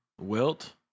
Wilt